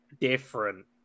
different